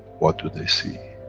what do they see?